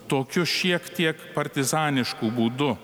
tokiu šiek tiek partizanišku būdu